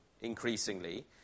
increasingly